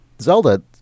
Zelda